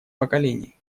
поколений